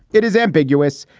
it is ambiguous.